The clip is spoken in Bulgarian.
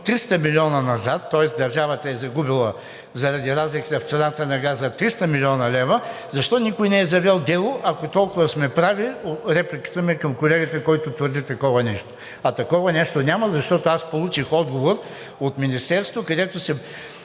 300 милиона назад, тоест държавата е загубила заради разликата в цената на газа 300 млн. лв., защо никой не е завел дело, ако толкова сме прави? Репликата ми е към колегата, който твърди такова нещо. А такова нещо няма, защото аз получих отговор от Министерството, където не